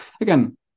again